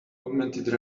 augmented